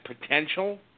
potential